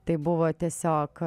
tai buvo tiesiog